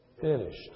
finished